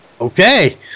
Okay